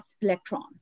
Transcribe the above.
electron